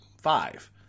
five